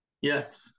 Yes